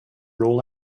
roll